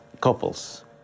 couples